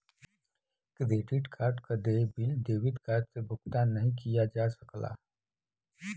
credit card क देय bill debit card से भुगतान नाहीं किया जा सकला